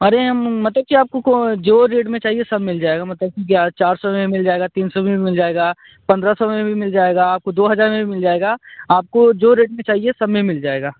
अरे मतलब की जो रेट में चाहिए सब में मिल जाएगा मतलब चार सौ में मिल जाएगा तीन सौ में भी मिल जाएगा पंद्रह सौ में भी मिल जाएगा आपको दो हज़ार में भी मिल जाएगा आपको जो रेट में चाहिए सब में मिल जाएगा